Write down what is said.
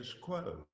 quo